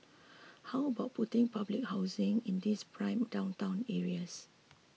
how about putting public housing in these prime downtown areas